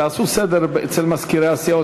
תעשו סדר אצל מזכירי הסיעות,